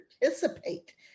participate